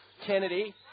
Kennedy